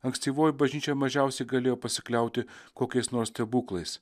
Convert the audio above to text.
ankstyvoji bažnyčia mažiausiai galėjo pasikliauti kokiais nors stebuklais